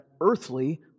earthly